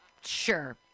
Sure